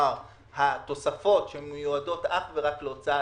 כלומר התוספות שמיועדות אך ורק להוצאה,